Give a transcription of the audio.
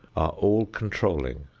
all-controlling.